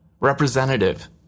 Representative